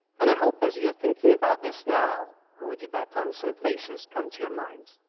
and i hope as you're thinking about this now who would you bet on? some faces come to your mind.